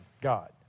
God